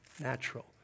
natural